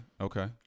Okay